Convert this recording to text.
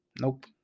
Nope